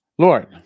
Lord